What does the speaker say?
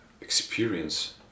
experience